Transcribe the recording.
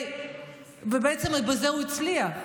בעצם בזה הוא הצליח,